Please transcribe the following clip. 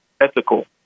Ethical